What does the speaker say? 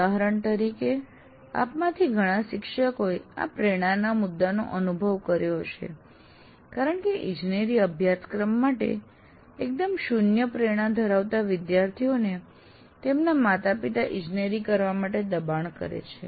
ઉદાહરણ તરીકે આપમાંથી ઘણા શિક્ષકોએ આ પ્રેરણાના મુદ્દાનો અનુભવ કર્યો હશે કારણ કે ઇજનેરી અભ્યાસક્રમ માટે એકદમ શૂન્ય પ્રેરણા ધરાવતા વિદ્યાર્થીઓને તેમના માતાપિતા ઇજનેરી કરવા માટે દબાણ કરે છે